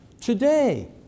today